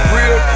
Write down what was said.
Real